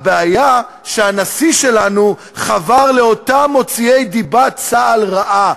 הבעיה שהנשיא שלנו חבר לאותם מוציאי דיבת צה"ל רעה,